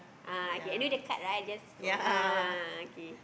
ah okay anyway the card right just throw ah okay